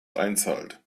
einzahlt